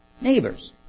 neighbors